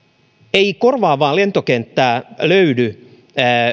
ei korvaavaa lentokenttää löydy